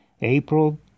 April